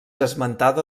esmentada